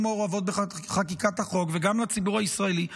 מעורבות בחקיקת החוק וגם לציבור הישראלי,